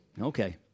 Okay